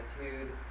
attitude